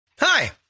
Hi